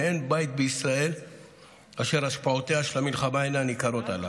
ואין בית בישראל אשר השפעותיה של המלחמה אינן ניכרות עליו.